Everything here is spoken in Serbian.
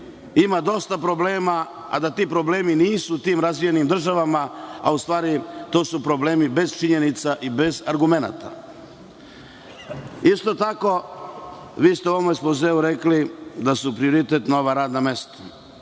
ima dosta problema, a da ti problemi nisu u tim razvijenim državama, a u stvari su to problemi bez činjenica i bez argumenata. Isto tako, u svom ekspozeu ste rekli da su prioritet nova radna mesta.